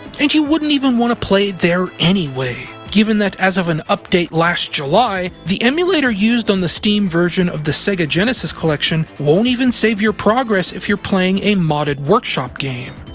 and you wouldn't even want to play it there anyway, given that as of an update last july, the emulator used on the steam version of the sega genesis collection won't even save your progress if you're playing a modded workshop game.